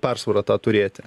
persvara tą turėti